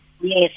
yes